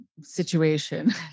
situation